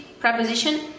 Preposition